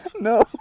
No